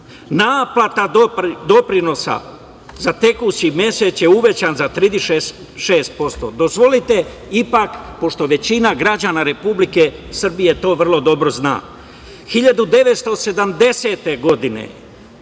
Naplata doprinosa za tekući mesec je uvećan za 36%.Dozvolite, ipak, pošto većina građana Republike Srbije to vrlo dobro zna: 1970. godine